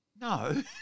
no